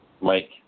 Mike